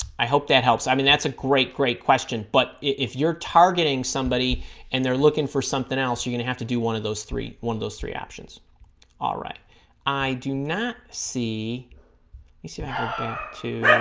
i hope that helps i mean that's a great great question but if you're targeting somebody and they're looking for something else you're gonna have to do one of those three one of those three options ah right i do not see you see i ah think